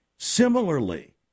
Similarly